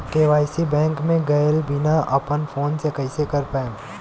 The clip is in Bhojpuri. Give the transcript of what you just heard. के.वाइ.सी बैंक मे गएले बिना अपना फोन से कइसे कर पाएम?